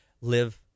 live